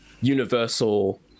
Universal